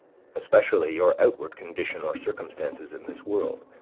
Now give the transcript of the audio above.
especially your outward condition or circumstances in this world,